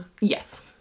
yes